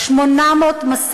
אין אמינות לדברים שלך.